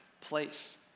place